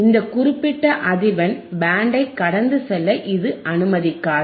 இந்த குறிப்பிட்ட அதிர்வெண் பேண்டை கடந்து செல்ல இது அனுமதிக்காது